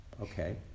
okay